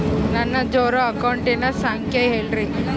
ನನ್ನ ಜೇರೊ ಅಕೌಂಟಿನ ಸಂಖ್ಯೆ ಹೇಳ್ರಿ?